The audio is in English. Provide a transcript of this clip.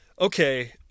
Okay